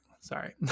sorry